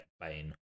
Bane